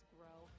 grow